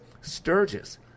Sturgis